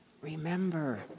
Remember